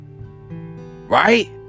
Right